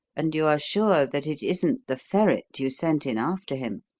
and you are sure that it isn't the ferret you sent in after him.